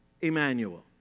Emmanuel